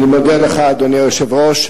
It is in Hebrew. אני מודה לך, אדוני היושב-ראש.